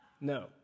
No